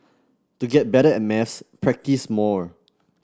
to get better at maths practise more